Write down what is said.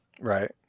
Right